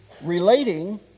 relating